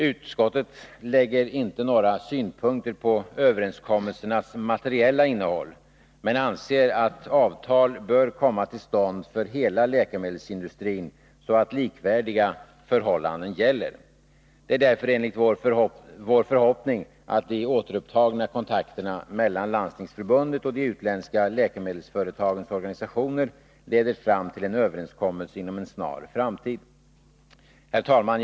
Utskottet anlägger inte några synpunkter på överenskommelsernas materiella innehåll, men anser att avtal bör komma till stånd för hela läkemedelsindustrin så att likvärdiga förbållanden gäller. Det är därför vår förhoppning att de återupptagna kontakterna mellan Landstingsförbundet och de utländska läkemedelsföretagens organisationer leder fram till en överenskommelse inom en snar framtid. Herr talman!